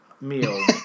meal